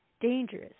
dangerous